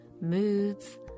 moods